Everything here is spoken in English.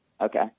Okay